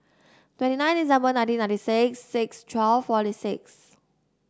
twenty nine December nineteen ninety six six twelve forty six